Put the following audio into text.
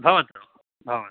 भवतु भवतु